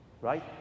right